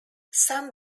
some